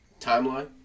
timeline